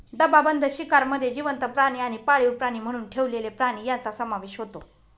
डबाबंद शिकारमध्ये जिवंत प्राणी आणि पाळीव प्राणी म्हणून ठेवलेले प्राणी यांचा समावेश होतो